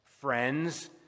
friends